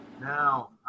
now